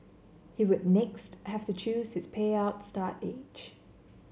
he would next have to choose his payout start age